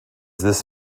this